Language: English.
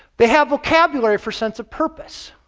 they have vocabulary for sense of purpose,